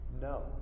No